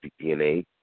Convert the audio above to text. DNA